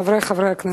חברי חברי הכנסת,